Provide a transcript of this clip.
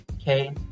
Okay